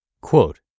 Quote